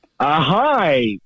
hi